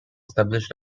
established